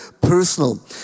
personal